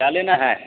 क्या लेना है